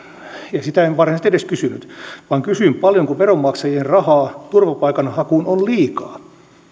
ja sitä en varsinaisesti edes kysynyt vaan kysyin paljonko veronmaksajien rahaa turvapaikanhakuun on liikaa